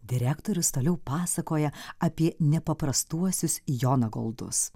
direktorius toliau pasakoja apie nepaprastuosius jonagoldus